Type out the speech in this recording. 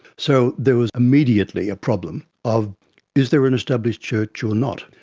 so there was immediately a problem of is there an established church or not.